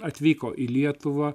atvyko į lietuvą